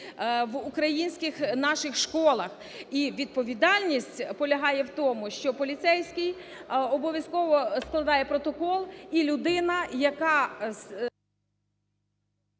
в українських наших школах. І відповідальність полягає в тому, що поліцейський обов'язково складає протокол і людина, яка…